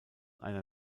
einer